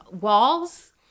walls